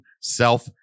Self